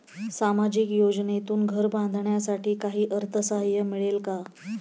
सामाजिक योजनेतून घर बांधण्यासाठी काही अर्थसहाय्य मिळेल का?